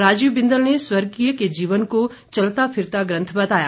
राजीव बिंदल ने स्वर्गीय के जीवन को चलता फिरता ग्रंथ बताया